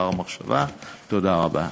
תודה רבה.